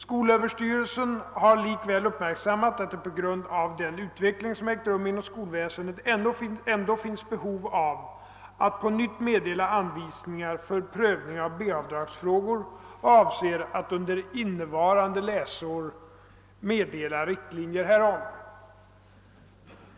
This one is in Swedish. Skolöverstyrelsen har likväl uppmärksammat att det på grund av den utveckling som ägt rum inom skolväsendet ändå finns behov av att på nytt meddela anvisningar för prövning av B-avdragsfrågor och avser att under innevarande läsår meddela riktlinjer härom.